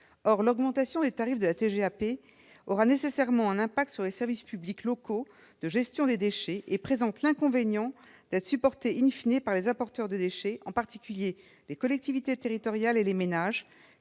Or l'augmentation des tarifs de la TGAP aura nécessairement un impact sur les services publics locaux de gestion des déchets et présente l'inconvénient d'être supportée par les apporteurs de déchets, en particulier les collectivités territoriales et les ménages,